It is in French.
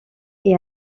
est